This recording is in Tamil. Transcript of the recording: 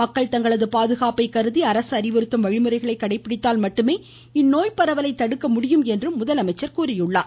மக்கள் தங்களது பாதுகாப்பை கருதி அரசு அறிவுறுத்தும் வழிமுறைகளை கடைபிடித்தால் மட்டுமே இந்நோய் பரவலை தடுக்க முடியும் என்றும் அவர் கூறினார்